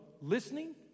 listening